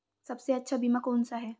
सबसे अच्छा बीमा कौनसा है?